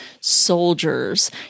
soldiers